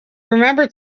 remembered